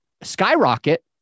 skyrocket